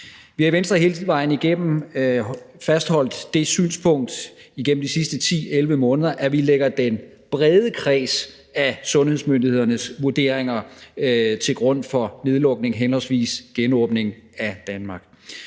Vi har i Venstre hele vejen fastholdt det synspunkt igennem de sidste 10-11 måneder, at vi lægger den brede kreds af sundhedsmyndighedernes vurderinger til grund for nedlukning henholdsvis genåbning af Danmark.